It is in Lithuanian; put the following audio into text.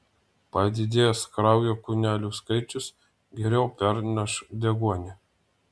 padidėjęs kraujo kūnelių skaičius geriau perneš deguonį